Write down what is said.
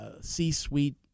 C-suite